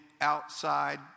outside